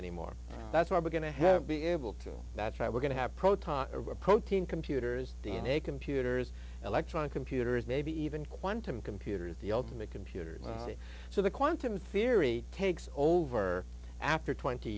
anymore that's what we're going to have be able to that's why we're going to have proton or protein computers d n a computers electronic computer is maybe even quantum computers the ultimate computer so the quantum theory takes over after twenty